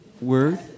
word